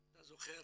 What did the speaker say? אתה זוכר